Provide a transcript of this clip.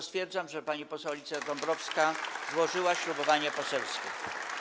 Stwierdzam, że pani poseł Alicja Dąbrowska złożyła ślubowanie poselskie.